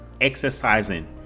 exercising